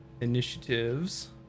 initiatives